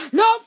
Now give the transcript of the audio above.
no